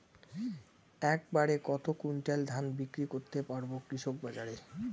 এক বাড়ে কত কুইন্টাল ধান বিক্রি করতে পারবো কৃষক বাজারে?